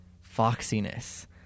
foxiness